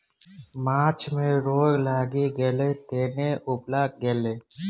माछ मे रोग लागि गेलै तें ने उपला गेलै